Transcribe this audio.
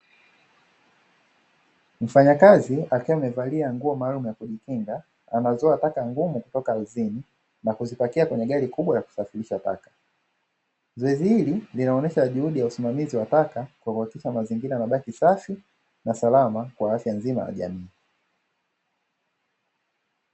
Mfanyakazi akiwa amevalia nguo maalum ya kujikinga anazoa taka ngumu kutoka ardhini na kuzipakia kwenye gari kubwa la kusafirisha taka, zoezi hili linaonesha juhudi za usimamizi wa taka kwa kuhakikisha mazingira yanabaki safi na salama kwa afya ya jamii.